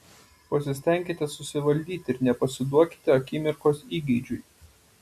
pasistenkite susivaldyti ir nepasiduokite akimirkos įgeidžiui